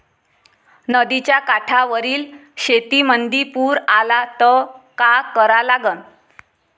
नदीच्या काठावरील शेतीमंदी पूर आला त का करा लागन?